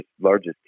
largest